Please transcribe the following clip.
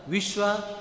Vishwa